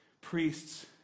priests